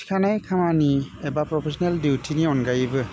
थिखानाय खामानि एबा प्रफेसिनेल डिउटिनि अनगायैबो